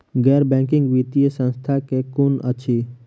गैर बैंकिंग वित्तीय संस्था केँ कुन अछि?